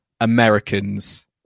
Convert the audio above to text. Americans